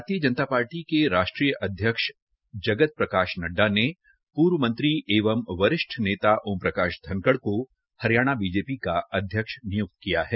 भारतीय जनता पार्टी के राष्ट्रीय अध्यक्ष जगत प्रकाश नड्डा ने पूर्व मंत्री एंव वरिष्ठ नेता ओम प्रकाश धनखड़ को हरियाणा बी जे पी का अध्यक्ष निय्क्त किया है